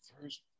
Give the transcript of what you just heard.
first